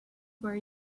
where